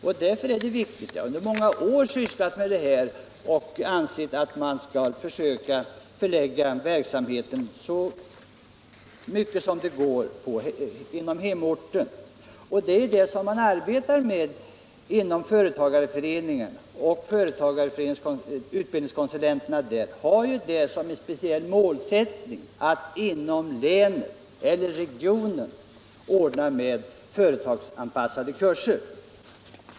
Jag har under många år sysslat med detta, och jag anser att det är viktigt att man så mycket som möjligt försöker förlägga verksamheten inom hemorten. Utbildningskonsulenterna inom företagarföreningarna har också som en speciell målsättning att inom de olika länen eller regionerna anordna företagsanpassade kurser.